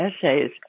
essays